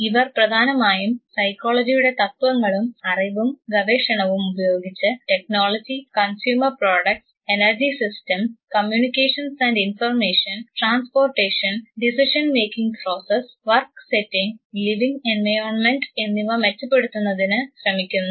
ഇവർ പ്രധാനമായും സൈക്കോളജിയുടെ തത്വങ്ങളും അറിവും ഗവേഷണവും ഉപയോഗിച്ച് technology consumer products energy systems communications and information transportation decision making process work settings living environment എന്നിവ മെച്ചപ്പെടുത്തുന്നതിന് ശ്രമിക്കുന്നു